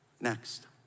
Next